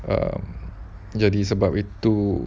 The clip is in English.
um yes disebab itu